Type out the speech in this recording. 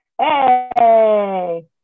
Hey